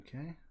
okay